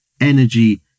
energy